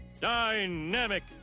Dynamic